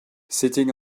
sitting